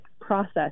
process